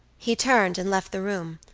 he turned and left the room,